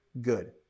good